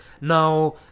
now